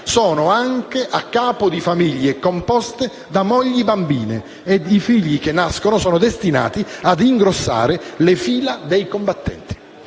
sono anche a capo di famiglie composte da mogli-bambine e i figli che nascono sono destinati ad ingrossare le fila dei combattenti.